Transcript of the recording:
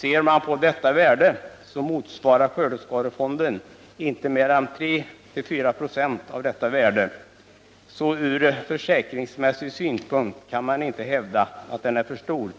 kronor. Skördeskadefonden uppgår inte till mer än 3—4 96 av detta värde. Från försäkringsmässig synpunkt kan man således inte hävda att den är för stor.